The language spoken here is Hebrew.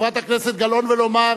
חברת הכנסת גלאון ולומר,